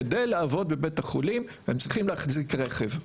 כדי לעבוד בבית החולים הם צריכים להחזיק רכב.